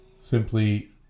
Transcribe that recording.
simply